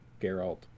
Geralt